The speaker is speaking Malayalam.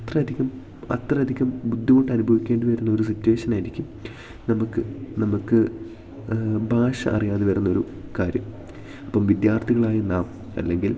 അത്രധികം അത്രയധികം ബുദ്ധിമുട്ടനുഭവിക്കേണ്ടി വരുന്നൊരു സിറ്റുവേഷനായിരിക്കും നമുക്ക് നമുക്ക് ഭാഷ അറിയാതെ വരുന്നൊരു കാര്യം അപ്പം വിദ്യാർത്ഥികളായ നാം അല്ലെങ്കിൽ